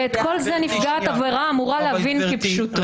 גברתי -- ואת כל זה נפגעת עבירה אמורה להבין כפשוטו?